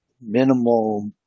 minimal